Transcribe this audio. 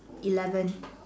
eleven